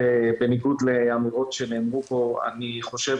בניגוד לאמירות שנאמרו פה אני חושב